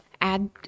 add